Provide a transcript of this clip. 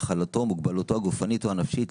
מחלתו או מוגבלותו הגופנית או הנפשית,